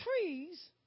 trees